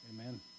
Amen